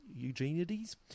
Eugenides